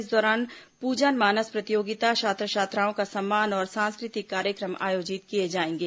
इस दौरान पूजन मानस प्रतियोगिता छात्र छात्राओं का सम्मान और सांस्कृतिक कार्यक्रम आयोजित किए जाएंगे